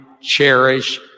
cherish